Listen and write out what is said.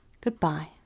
goodbye